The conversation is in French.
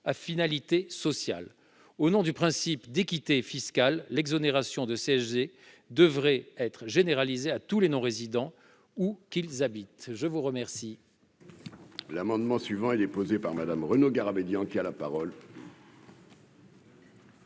finalité sociale. Au nom du principe d'équité fiscale, l'exonération de CSG-CRDS devrait être généralisée à tous les non-résidents, où qu'ils habitent. L'amendement